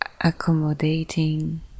accommodating